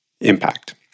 impact